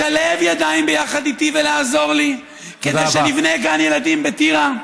לשלב ידיים ביחד איתי ולעזור לי כדי שנבנה גן ילדים בטירה.